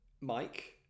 Mike